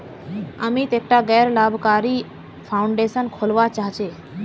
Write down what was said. अमित एकटा गैर लाभकारी फाउंडेशन खोलवा चाह छ